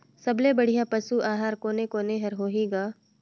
सबले बढ़िया पशु आहार कोने कोने हर होही ग?